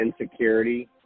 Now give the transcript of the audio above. insecurity